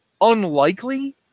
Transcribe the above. unlikely